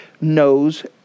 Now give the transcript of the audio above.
knows